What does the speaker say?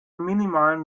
minimalen